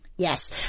Yes